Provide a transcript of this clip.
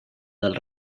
del